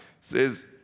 Says